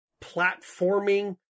platforming